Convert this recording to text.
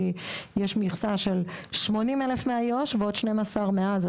כי יש מכסה של 80,000 מאיו"ש ועוד 12,000 מעזה.